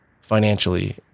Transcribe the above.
financially